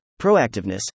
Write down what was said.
proactiveness